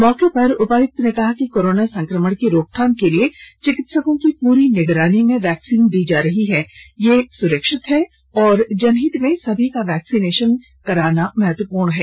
मौके पर उपायुक्त ने कहा कि कोरोना संक्रमण की रोकथाम के लिए चिकित्सकों की पूरी निगरानी में वैक्सीन दिया जा रहा है यह सुरक्षित है तथा जनहित में सभी का वैक्सिन लेना महत्वपूर्ण है